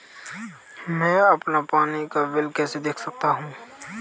मैं अपना पानी का बिल कैसे देख सकता हूँ?